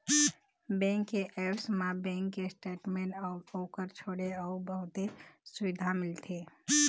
bank के apps म bank के स्टेटमेंट अउ ओखर छोड़े अउ बहुते सुबिधा मिलथे